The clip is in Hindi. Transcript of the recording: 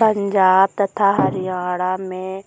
पंजाब तथा हरियाणा में